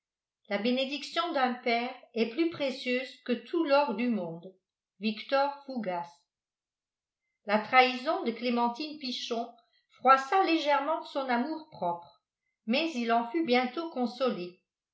la bénédiction d'un père est plus précieuse que tout l'or du monde victor fougas la trahison de clémentine pichon froissa légèrement son amourpropre mais il en fut bientôt consolé